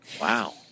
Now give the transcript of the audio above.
Wow